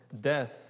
death